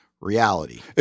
reality